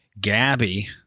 Gabby